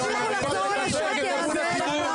תפסיקו לחזור על השקר הזה.